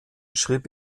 schrieb